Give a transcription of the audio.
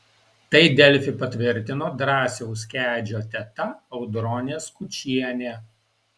tai delfi patvirtino drąsiaus kedžio teta audronė skučienė